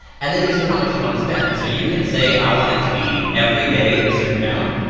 and then you say how much you want to spend. so you can say i want it to be every day a certain amount.